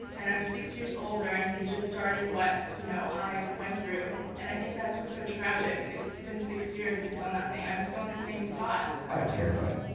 and i'm six years older, and he's just starting what you know i went through. and i think that's what's so tragic. it's been six years and still nothing. i'm still in the same spot i got terrified,